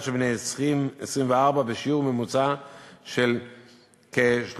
של בני 20 24 בשיעור ממוצע של כ-3.5%,